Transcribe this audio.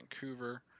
Vancouver